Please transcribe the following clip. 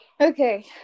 okay